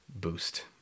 boost